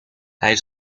hij